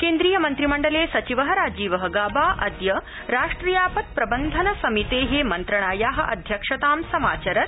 केन्द्रीयमन्त्रिमण्डले सचिव राजीव गाबा अद्य राष्ट्रियापत्प्रबन्धक समिते मंत्रणाया अध्यक्षतां समाचरत्